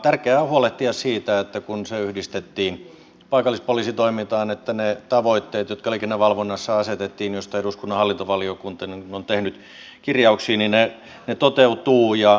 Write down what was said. tärkeää on huolehtia siitä kun se yhdistettiin paikallispoliisitoimintaan että ne tavoitteet jotka liikennevalvonnassa asetettiin joista eduskunnan hallintovaliokunta on tehnyt kirjauksia toteutuvat